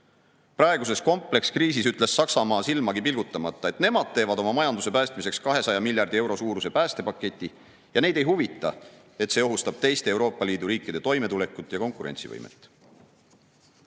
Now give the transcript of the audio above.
Praeguses komplekskriisis ütles Saksamaa silmagi pilgutamata, et nemad teevad oma majanduse päästmiseks 200 miljardi euro suuruse päästepaketi ning neid ei huvita, et see ohustab teiste Euroopa Liidu riikide toimetulekut ja konkurentsivõimet. Rohepöörde